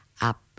up